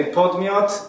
podmiot